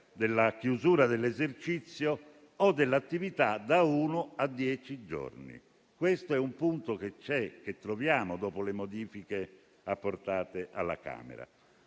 della chiusura dell'esercizio o dell'attività da uno a dieci giorni. Questo è un punto che troviamo dopo le modifiche apportate alla Camera.